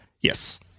Yes